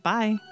Bye